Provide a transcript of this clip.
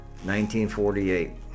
1948